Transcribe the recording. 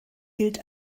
gilt